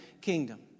kingdom